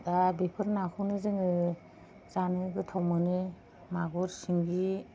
दा बेफोर नाखौनो जोङो जानो गोथाव मोनो मागुर सिंगि